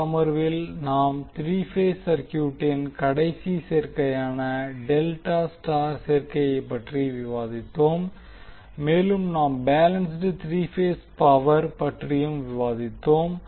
இந்த அமர்வில் நாம் த்ரீ பேஸ் சர்க்யூட்டின் கடைசி சேர்க்கையான டெல்டா ஸ்டார் சேர்க்கையை பற்றி விவாதித்தோம் மேலும் நாம் பேலன்ஸ்ட் த்ரீ பேஸ் பவர் பற்றியும் விவாதித்தோம்